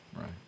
Right